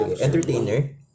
Entertainer